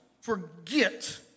forget